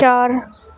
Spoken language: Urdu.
چار